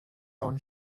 own